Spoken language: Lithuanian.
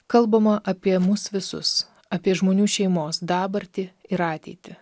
kalbama apie mus visus apie žmonių šeimos dabartį ir ateitį